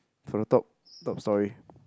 for the top top storey